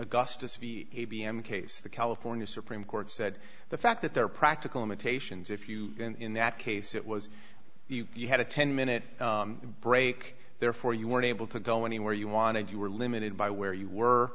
augustus v a b m case the california supreme court said the fact that there are practical limitations if you in that case it was you you had a ten minute break therefore you weren't able to go anywhere you wanted you were limited by where you were